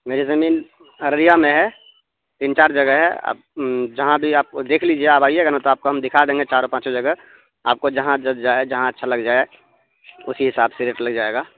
میری زمین اریا میں ہے تین چار جگہ ہے آپ جہاں بھی آپ کو دیکھ لیجیے آپ آئیے گ ن تو آپ کو ہم دکھا دیں گے چارو پانچ جگہ آپ کو جہاں ج جائے جہاں اچھا لگ جائے اسی حساب سے ریٹ لگ جائے گا